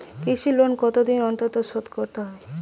কৃষি লোন কতদিন অন্তর শোধ করতে হবে?